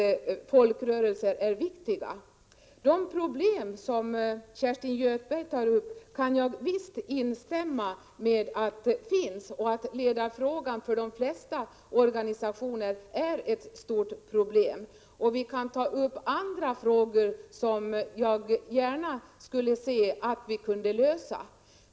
Jag kan instämma i att de problem som Kerstin Göthberg tog upp finns. Ledarfrågan är ett stort problem för de flesta organisationer. Det finns också andra problem som jag gärna skulle se att vi kunde lösa.